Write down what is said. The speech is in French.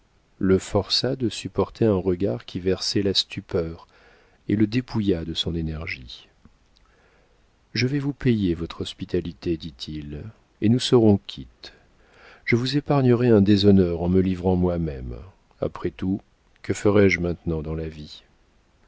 le força de supporter un regard qui versait la stupeur et le dépouilla de son énergie je vais vous payer votre hospitalité dit-il et nous serons quittes je vous épargnerai un déshonneur en me livrant moi-même après tout que ferais-je maintenant dans la vie